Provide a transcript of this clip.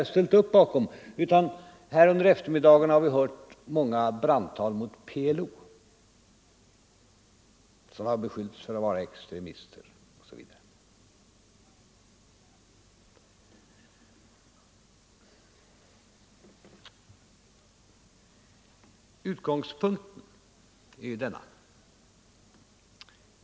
Däremot har vi i eftermiddag hört många brandtal mot PLO, som har beskyllts för att bestå av extremister. Utgångspunkten är denna.